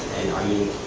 and i mean,